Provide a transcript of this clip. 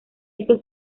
estos